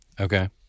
Okay